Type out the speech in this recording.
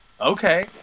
Okay